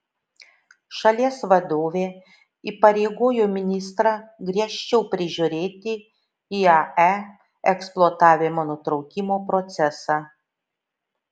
šalies vadovė įpareigojo ministrą griežčiau prižiūrėti iae eksploatavimo nutraukimo procesą